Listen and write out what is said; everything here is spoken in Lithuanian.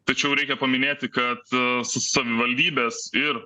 tačiau reikia paminėti kad aa sa savivaldybės ir